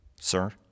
Sir